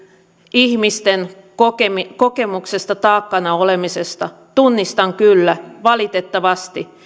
ihmisten kokemuksesta kokemuksesta taakkana olemisesta tunnistan kyllä valitettavasti